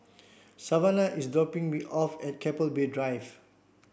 Savana is dropping me off at Keppel Bay Drive